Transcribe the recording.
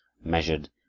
measured